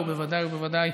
ובוודאי ובוודאי